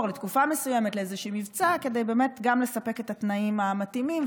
לתקופה מסוימת לאיזשהו מבצע כדי באמת לספק את התנאים המתאימים,